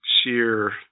sheer